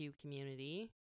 community